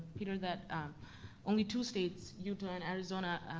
peter, that only two states, utah and arizona,